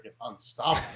unstoppable